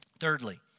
Thirdly